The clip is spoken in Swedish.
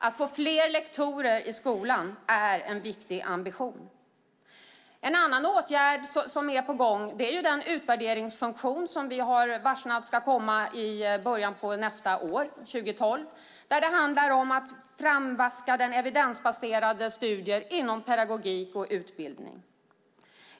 Att få fler lektorer i skolan är en viktig ambition. En annan åtgärd som är på gång är den utvärderingsfunktion som vi har varslat om, som ska komma i början av nästa år, 2012. Det handlar om att framvaska evidensbaserade studier inom pedagogik och utbildning.